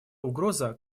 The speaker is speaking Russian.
угроза